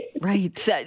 Right